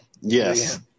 yes